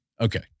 Okay